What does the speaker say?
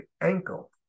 ankle